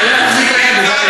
הם מחזיקים את הקו,